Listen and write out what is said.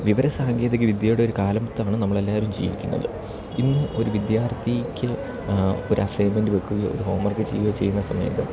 വിവര സാങ്കേതിക വിദ്യയുടെ ഒരു കാലത്താണ് നമ്മൾ എല്ലാവരും ജീവിക്കുന്നത് ഇന്ന് ഒരു വിദ്യാർത്ഥിക്ക് ഒരസൈൻമെൻറ്റ് വെക്കുകയോ ഒരു ഹോം വർക്ക് ചെയ്യുകോ ചെയ്യുന്ന സമയത്ത്